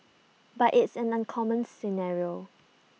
but it's an uncommon scenario